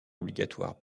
obligatoire